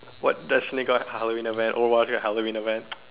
what does Halloween event around here Halloween event